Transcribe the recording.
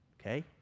okay